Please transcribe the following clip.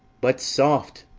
but soft!